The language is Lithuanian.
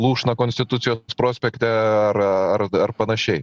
lūšną konstitucijos prospekte ar ar ar panašiai